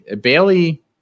Bailey